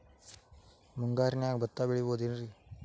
ಮುಂಗಾರಿನ್ಯಾಗ ಭತ್ತ ಬೆಳಿಬೊದೇನ್ರೇ?